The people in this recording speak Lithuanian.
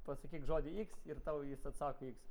pasakyk žodį iks ir tau jis atsako iks